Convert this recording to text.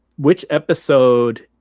which episode